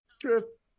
trip